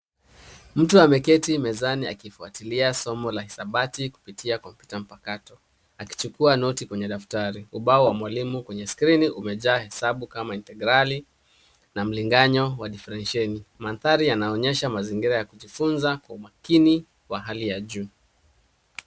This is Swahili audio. Mtu ameketi mezani akifuatilia somo la hisabati kupitia kompyuta mpakato akichukua note kwenye daftari. Ubao wa mwalimu kwenye skrini umejaa hesabu kama integrali na mlinganyo wa difrensheni. Mandhari yanaonyesha mazingira ya kujifunza kwa Kwa umakini wa hali ya juu.